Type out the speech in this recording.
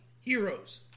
Heroes